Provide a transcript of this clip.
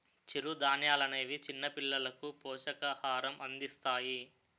చిరుధాన్యాలనేవి చిన్నపిల్లలకు పోషకాహారం అందిస్తాయి